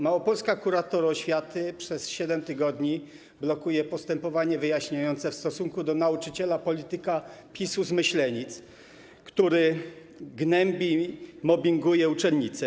Małopolska kurator oświaty przez 7 tygodni blokuje postępowanie wyjaśniające w stosunku do nauczyciela polityka PiS-u z Myślenic, który gnębi i mobbinguje uczennice.